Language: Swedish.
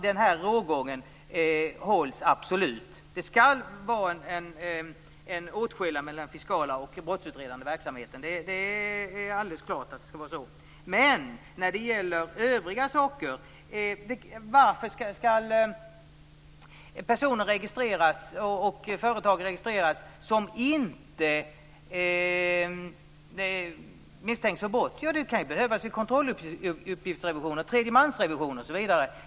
Det är alldeles klart att det skall vara en åtskillnad mellan den fiskala och den brottsutredande verksamheten. Varför skall personer och företag som inte misstänks för brott registreras? Jo, det kan ju behövas vid kontrolluppgiftsrevisioner, tredjemansrevisioner osv.